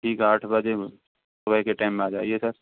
ठीक आठ बजे सुबह के टाइम में आ जाइए सर